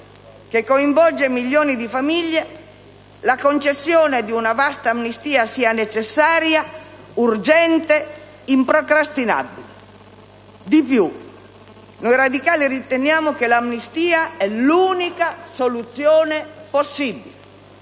che coinvolge milioni di famiglie, la concessione di una vasta amnistia sia necessaria, urgente ed improcrastinabile. Di più: noi radicali riteniamo che l'amnistia sia l'unica soluzione possibile.